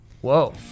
Whoa